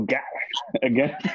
again